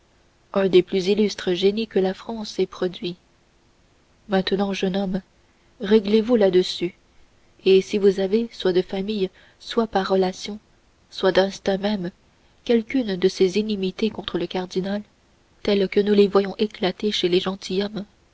un des plus illustres génies que la france ait produits maintenant jeune homme réglez vous là-dessus et si vous avez soit de famille soit par relations soit d'instinct même quelqu'une de ces inimitiés contre le cardinal telles que nous les voyons éclater chez les